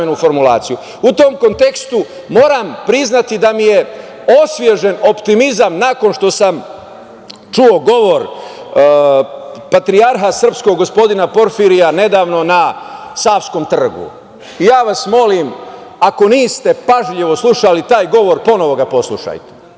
tom kontekstu moram priznati da mi je osvežen optimizam nakon što sam čuo govor Patrijarha srpskog, gospodina Porfirija, nedavno na Savskom trgu. Molim vas, ako niste pažljivo slušali taj govor, ponovo ga poslušajte.